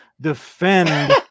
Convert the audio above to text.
defend